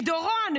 מדורון,